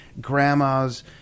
grandma's